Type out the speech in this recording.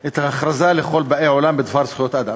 את ההכרזה לכל באי העולם בדבר זכויות האדם,